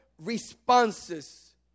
responses